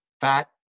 fat